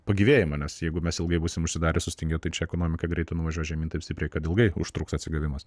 pagyvėjimo nes jeigu mes ilgai būsim užsidarę sustingę tai čia ekonomika greitai nuvažiuos žemyn taip stipriai kad ilgai užtruks atsigavimas